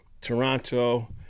Toronto